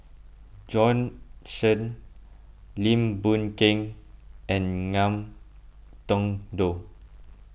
Bjorn Shen Lim Boon Keng and Ngiam Tong Dow